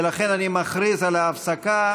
ולכן אני מכריז על הפסקה.